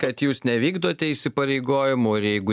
kad jūs nevykdote įsipareigojimų ir jeigu